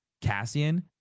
Cassian